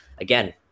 again